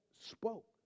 spoke